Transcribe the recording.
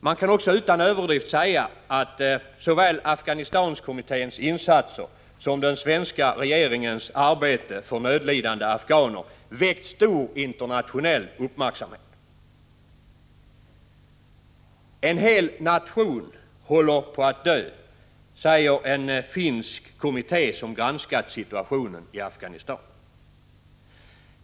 Man kan också utan överdrift säga att såväl Afghanistankommitténs insatser som den svenska regeringens arbete för nödlidande afghaner har väckt stor internationell uppmärksamhet. En hel nation håller på att dö, säger en finsk kommitté som granskat situationen i Afghanistan.